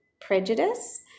prejudice